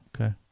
okay